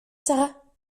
sara